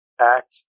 Act